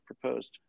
proposed